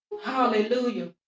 Hallelujah